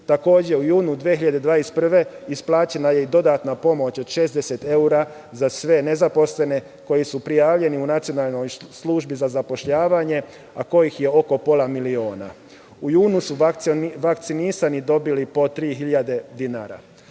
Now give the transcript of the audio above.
Takođe, u junu 2021. godine isplaćena je i dodatna pomoć od 60 evra za sve nezaposlene koji su prijavljeni u Nacionalnoj službi za zapošljavanje, a kojih je oko pola miliona. U junu su vakcinisani dobili po 3.000 dinara. Prema